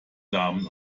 damen